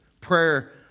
prayer